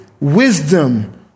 wisdom